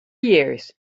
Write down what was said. years